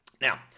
Now